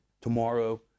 tomorrow